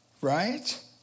right